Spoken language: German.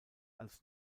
als